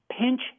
pinch